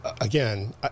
again